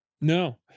No